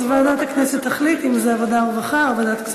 19 בעד, אין מתנגדים.